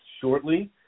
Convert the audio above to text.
shortly